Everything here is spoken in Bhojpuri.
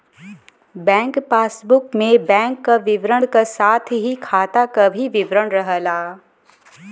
बैंक पासबुक में बैंक क विवरण क साथ ही खाता क भी विवरण रहला